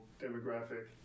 demographic